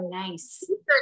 nice